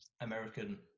American